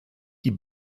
die